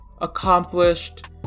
accomplished